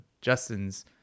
justin's